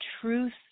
truth